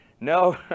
No